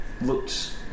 looked